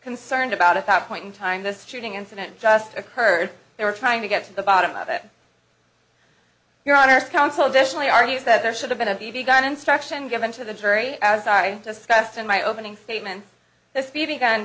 concerned about at that point in time this shooting incident just occurred they were trying to get to the bottom of it your honor counsel additionally argues that there should have been a b b gun instruction given to the jury as i discussed in my opening statement the speeding